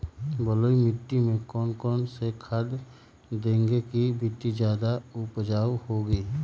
बलुई मिट्टी में कौन कौन से खाद देगें की मिट्टी ज्यादा उपजाऊ होगी?